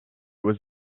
was